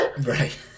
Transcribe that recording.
right